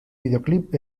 videoclip